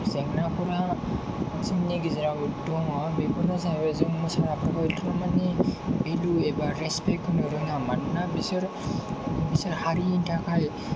जेंनाफोरा जोंनि गेजेराव दङ बेफोरनो जाहैबाय जों मोसाग्राफोरखौ थारमाने भेलु एबा रेस्पेक्ट होनो रोङा मानोना बिसोर बिसोर हारिनि थाखाय